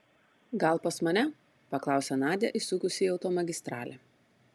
gal pas mane paklausė nadia įsukusi į automagistralę